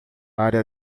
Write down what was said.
área